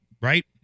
right